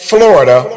Florida